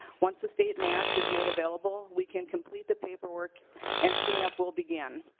once the state match is made available we can complete the paperwork and cleanup will begin.